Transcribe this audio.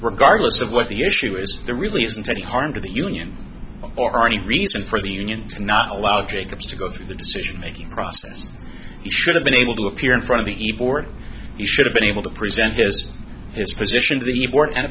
regard most of what the issue is there really isn't any harm to the union or any reason for the union to not allow jacobs to go through the decision making process he should have been able to appear in front of the board should have been able to present this disposition